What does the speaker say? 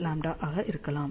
4λ ஆக இருக்கலாம்